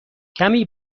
کمی